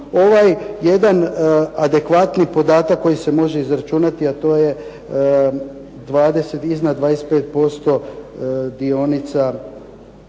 ovaj jedan adekvatni podatak koji se može izračunati, a to je iznad 25% dionica